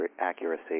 accuracy